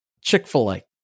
Chick-fil-A